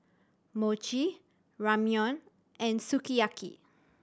Mochi Ramyeon and Sukiyaki